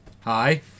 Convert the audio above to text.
hi